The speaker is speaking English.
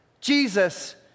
Jesus